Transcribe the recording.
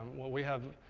what we have,